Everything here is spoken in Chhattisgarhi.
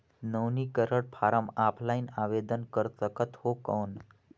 नवीनीकरण फारम ऑफलाइन आवेदन कर सकत हो कौन?